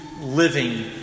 living